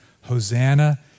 Hosanna